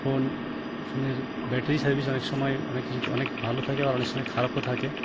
phone ফোনের battery service অনেক সময় অনেক কিছুতে অনেক ভালো থাকে আবার অনেক সময় খারাপও থাকে